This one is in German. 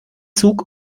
zug